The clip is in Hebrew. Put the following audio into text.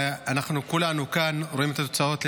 ואנחנו כולנו כאן רואים את התוצאות.